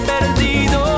perdido